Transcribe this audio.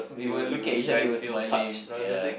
feel you guys feel touched or something